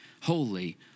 holy